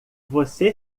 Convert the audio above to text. você